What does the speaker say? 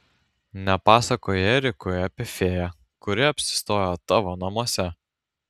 nepapasakojai erikui apie fėją kuri apsistojo tavo namuose